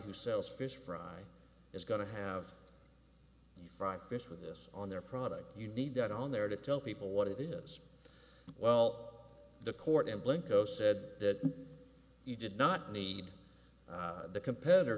who sells fish fry is going to have five fish with this on their product you need that on there to tell people what it is well the court and blanco said that you did not need the competitor